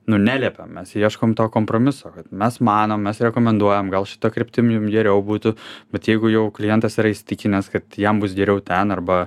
nu neliepiam mes ieškom to kompromiso kad mes manom mes rekomenduojam gal šita kryptim jum geriau būtų bet jeigu jau klientas yra įsitikinęs kad jam bus geriau ten arba